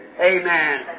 Amen